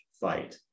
fight